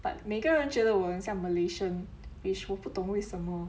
but 每个人觉得我很像 malaysian which 我不懂为什么